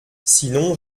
sinon